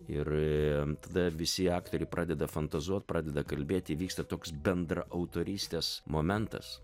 ir tada visi aktoriai pradeda fantazuot pradeda kalbėt įvyksta toks bendraautorystės momentas